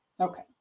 Okay